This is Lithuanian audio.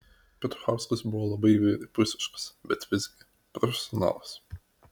petuchauskas buvo labai įvairiapusiškas bet visgi profesionalas